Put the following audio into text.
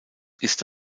ist